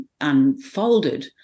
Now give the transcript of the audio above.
unfolded